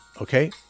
Okay